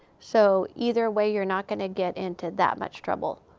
so either way you're not going to get into that much trouble.